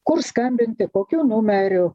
kur skambinti kokiu numeriu